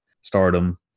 stardom